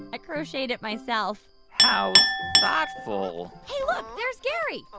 i crocheted it myself how thoughtful hey, look, there's gary.